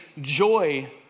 joy